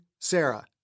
Sarah